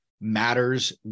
matters